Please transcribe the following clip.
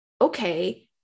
okay